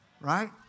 right